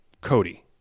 Cody